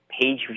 page